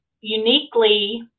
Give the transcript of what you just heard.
uniquely